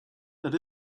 that